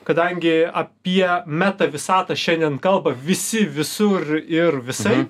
kadangi apie meta visatą šiandien kalba visi visur ir visaip